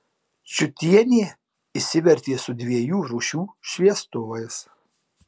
čiutienė išsivertė su dviejų rūšių šviestuvais